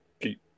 keep